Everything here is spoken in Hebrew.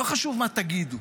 לא חשוב מה תגידו,